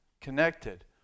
connected